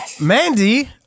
Mandy